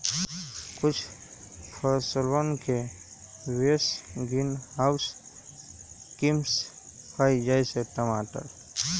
कुछ फसलवन के विशेष ग्रीनहाउस किस्म हई, जैसे टमाटर